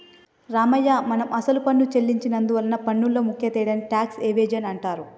రామయ్య మనం అసలు పన్ను సెల్లించి నందువలన పన్నులో ముఖ్య తేడాని టాక్స్ ఎవేజన్ అంటారు